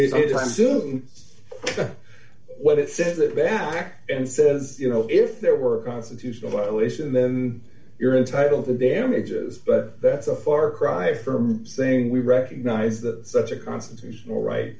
looking time soon what it sends it back and says you know if there were a constitutional violation then you're entitled to damages but that's a far cry from saying we recognize that such a constitutional right